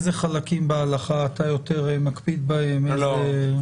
חלקים בהלכה אתה יותר מקפיד בהם ובאיזה אתה לא.